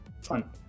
fun